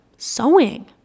Sewing